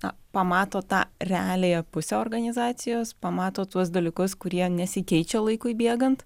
na pamato tą realiąją pusę organizacijos pamato tuos dalykus kurie nesikeičia laikui bėgant